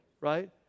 right